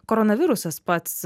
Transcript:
koronavirusas pats